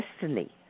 Destiny